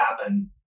happen